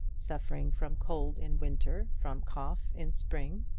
suffering from cold in winter, from cough in spring,